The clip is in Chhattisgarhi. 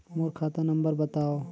मोर खाता नम्बर बताव?